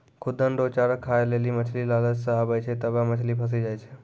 खुद्दन रो चारा खाय लेली मछली लालच से आबै छै तबै मछली फंसी जाय छै